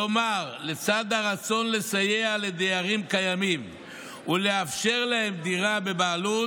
כלומר לצד הרצון לסייע לדיירים קיימים ולאפשר להם דירה בבעלות,